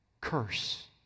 curse